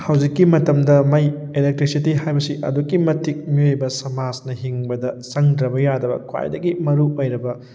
ꯍꯧꯖꯤꯛꯀꯤ ꯃꯇꯝꯗ ꯃꯩ ꯏꯂꯦꯛꯇ꯭ꯔꯤꯛꯁꯤꯇꯤ ꯍꯥꯏꯕꯁꯤ ꯑꯗꯨꯛꯀꯤ ꯃꯇꯤꯛ ꯃꯤꯑꯣꯏꯕ ꯁꯃꯥꯖꯅ ꯍꯤꯡꯕꯗ ꯆꯪꯗ꯭ꯔꯕ ꯌꯥꯗꯕ ꯈ꯭ꯋꯥꯏꯗꯒꯤ ꯃꯔꯨꯑꯣꯏꯔꯕ